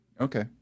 Okay